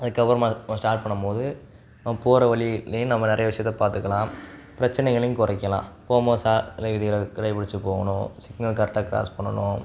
அதுக்கப்புறமா ஆ ஸ்டார்ட் பண்ணும்போது நம்ம போகிற வழிலயும் நம்ம நிறைய விஷயத்தை பார்த்துக்கலாம் பிரச்சினைகளையும் குறைக்கலாம் போகும்போது சாலை விதிகளை கடைபிடித்து போகணும் சிக்னல் கரெக்டாக கிராஸ் பண்ணணும்